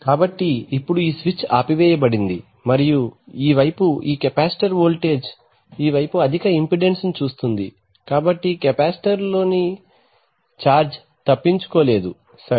కాబట్టి ఇప్పుడు ఈ స్విచ్ ఆపివేయబడింది మరియు ఈ వైపు ఈ కెపాసిటర్ వోల్టేజ్ ఈ వైపు అధిక ఇంపెడెన్స్ ను చూస్తుంది కాబట్టి కెపాసిటర్లోని ఛార్జ్ తప్పించుకోలేదు సరే